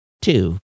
two